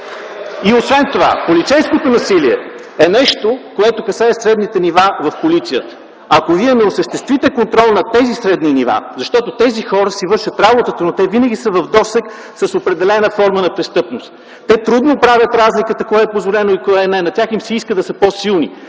Освен това полицейското насилие е нещо, което касае средните нива в полицията. Ако Вие не осъществите контрол над тези средни нива, защото тези хора си вършат работата, но те винаги са в досег с определена форма на престъпност. Те трудно правят разликата кое е позволено и кое не. На тях им се иска да са по-силни.